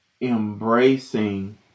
embracing